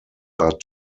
are